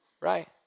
right